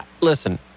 Listen